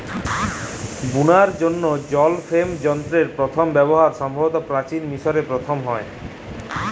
বুলার ল্যাইগে জল ফেম যলত্রের পথম ব্যাভার সম্ভবত পাচিল মিশরে পথম হ্যয়